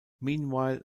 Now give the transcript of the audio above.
meanwhile